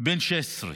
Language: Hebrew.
בן 16,